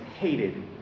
hated